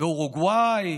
באורוגוואי,